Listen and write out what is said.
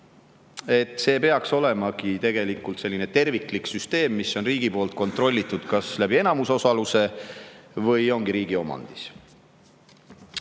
peaks olema tegelikult terviklik süsteem, mis on riigi poolt kontrollitud kas enamusosaluse kaudu või ongi riigi omandis.